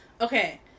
Okay